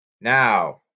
Now